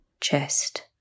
chest